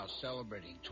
celebrating